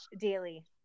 daily